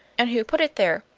and who put it there?